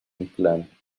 inclán